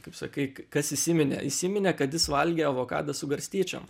kaip sakai kas įsiminė įsiminė kad jis valgė avokadą su garstyčiom